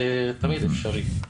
זה תמיד אפשרי.